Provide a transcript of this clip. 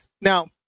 Now